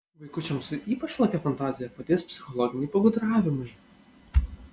vaikučiams su ypač lakia fantazija padės psichologiniai pagudravimai